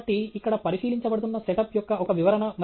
కాబట్టి ఇక్కడ పరిశీలించబడుతున్న సెటప్ యొక్క ఒక వివరణ